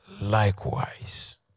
Likewise